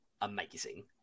amazing